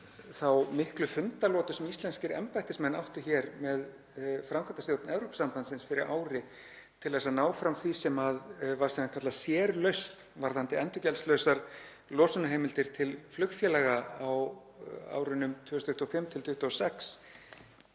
þá miklu fundalotu sem íslenskir embættismenn áttu hér með framkvæmdastjórn Evrópusambandsins fyrir ári til að ná fram því sem var sannkölluð sérlausn varðandi endurgjaldslausar losunarheimildir til flugfélaga á árunum 2025–2026.